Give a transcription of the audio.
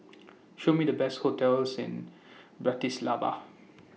Show Me The Best hotels in Bratislava